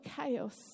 chaos